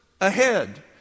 ahead